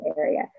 area